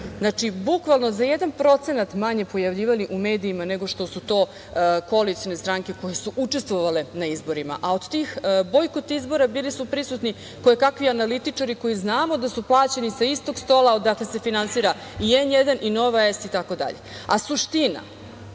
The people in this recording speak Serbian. bojkotaši, bukvalno za jedan procenat manje pojavljivali u medijima nego što su to koalicione stranke koje su učestvovale na izborima. A od tih bojkot izbora bili su prisutni kojekakvi analitičari za koje znamo da su plaćeni sa istog stola odakle se finansira i N1 i Nova S itd. Suština